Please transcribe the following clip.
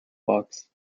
box